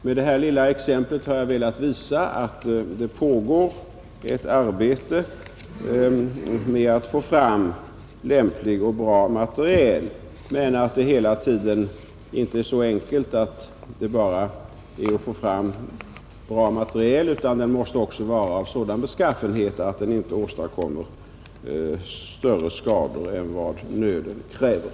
Med detta lilla exempel har jag velat visa att det pågår ett arbete med att få fram lämplig och bra materiel men att man hela tiden måste beakta Nr 73 att det inte är så enkelt att det endast gäller att få fram bra materiel utan Torsdagen den att denna också måste vara av sådan beskaffenhet att den inte 29 april 1971 åstadkommer större skada än nöden kräver.